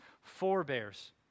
forebears